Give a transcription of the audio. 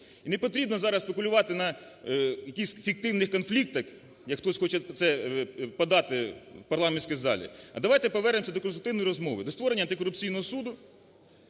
І не потрібно зараз спекулювати на якихось фіктивних конфліктах, як хтось хоче це подати в парламентській залі, а давайте повернемося до конструктивної розмови, до створення Антикорупційного суду.